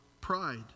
pride